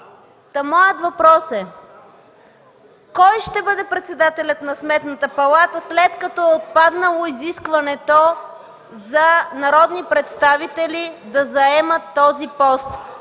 Моят въпрос е: кой ще бъде председателят на Сметната палата, след като е отпаднало изискването за народни представители да заемат този пост?